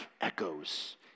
echoes